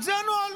זה הנוהל.